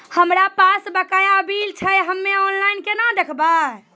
हमरा पास बकाया बिल छै हम्मे ऑनलाइन केना देखबै?